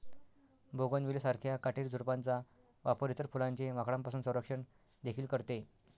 bougainvillea सारख्या काटेरी झुडपांचा वापर इतर फुलांचे माकडांपासून संरक्षण देखील करते